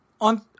On